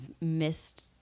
missed